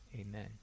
amen